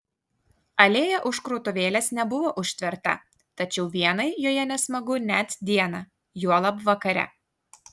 alėja už krautuvėlės nebuvo užtverta tačiau vienai joje nesmagu net dieną juolab vakare